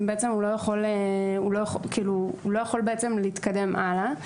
והוא לא יכול להתקדם הלאה.